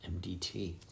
MDT